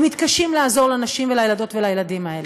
ומתקשים לעזור לנשים ולילדות ולילדים האלה.